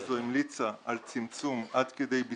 כללנו את זה בדברי ההסבר להצעת החוק.